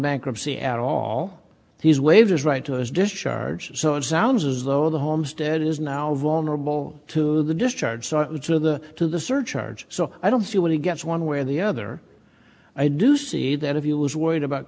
bankruptcy at all he's waived his right to his discharge so it sounds as though the homestead is now vulnerable to the discharge so it's in the to the surcharge so i don't see what he gets one way or the other i do see that if you was worried about